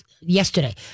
yesterday